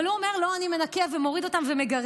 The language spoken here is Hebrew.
אבל הוא אומר: לא, אני מנקה, ומוריד אותן ומגרד.